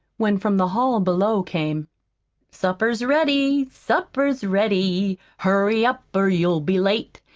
when from the hall below came supper's ready, supper's ready, hurry up or you'll be late.